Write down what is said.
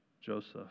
Joseph